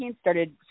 started